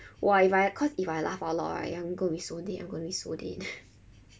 !wah! if I cause if I laugh out loud ah I'm gonna be so dead I'm gonna be so dead